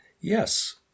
Yes